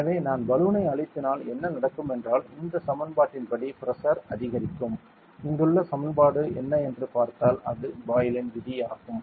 எனவே நான் பலூனை அழுத்தினால் என்ன நடக்கும் என்றால் இந்த சமன்பாட்டின் படி பிரஷர் அதிகரிக்கும் இங்குள்ள சமன்பாடு என்ன என்று பார்த்தால் அது பாயிலின் விதி ஆகும்